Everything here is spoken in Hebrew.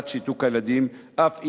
בשנה.